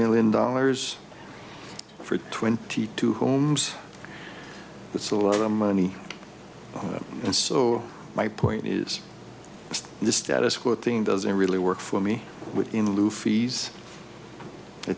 million dollars for twenty two homes it's a lot of money and so my point is the status quo thing doesn't really work for me with in lieu fees i